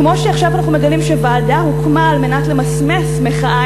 כמו שעכשיו אנחנו מגלים שוועדה הוקמה על מנת למסמס מחאה